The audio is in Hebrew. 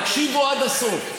תקשיבו עד הסוף.